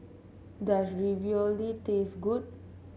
does Ravioli taste good